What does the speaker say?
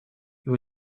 you